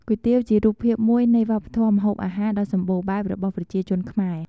គុយទាវ ជារូបភាពមួយនៃវប្បធម៌ម្ហូបអាហារដ៏សម្បូរបែបរបស់ប្រជាជនខ្មែរ។